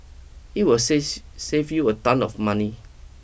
it will saves save you a ton of money